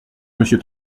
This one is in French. monsieur